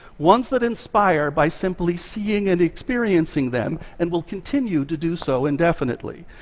ones that inspire by simply seeing and experiencing them, and will continue to do so indefinitely.